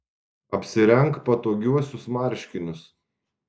apsirenk patogiuosius marškinius